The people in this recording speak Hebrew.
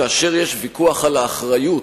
כאשר יש ויכוח על האחריות,